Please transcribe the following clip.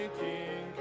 king